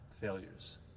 failures